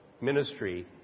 ministry